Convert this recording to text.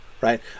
right